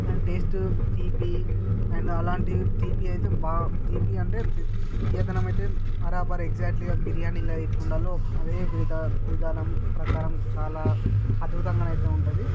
and taste తీపి and అలాంటివి తీపి అయితే బా తీపి అంటే తియ్యదనం అయితే బరాబర్ ఎగ్సాక్ట్లిగా బిరియానీలో ఎట్ల ఉండాలో అదేవిధంగా విధానం ప్రకారం చాలా అధ్బుతంగా అయితే ఉంటుంది